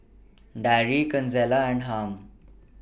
Darry Consuela and Harm